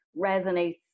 resonates